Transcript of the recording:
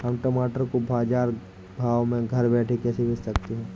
हम टमाटर को बाजार भाव में घर बैठे कैसे बेच सकते हैं?